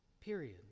Period